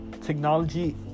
technology